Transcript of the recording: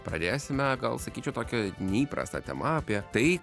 pradėsime gal sakyčiau tokia neįprasta tema apie tai